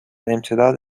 امتداد